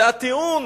זה הטיעון